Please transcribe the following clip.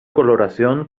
coloración